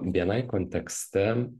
bni kontekste